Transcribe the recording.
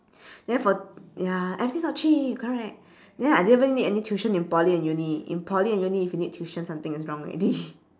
then for the ya everything not cheap correct then I didn't even need any tuition in poly and uni in poly and uni if you need tuition something is wrong already